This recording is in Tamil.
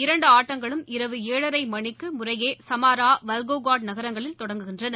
இரண்டுஆட்டங்களும் இரவு ஏழரைமணிக்குமுறையேசமாரா வல்கோகா்டுநகரங்களில் தொடங்குகின்றன